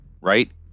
right